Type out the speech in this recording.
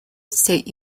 state